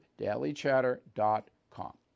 dailychatter.com